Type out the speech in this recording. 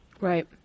Right